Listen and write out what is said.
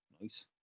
nice